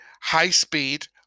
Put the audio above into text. high-speed